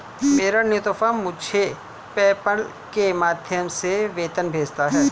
मेरा नियोक्ता मुझे पेपैल के माध्यम से वेतन भेजता है